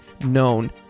known